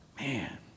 Man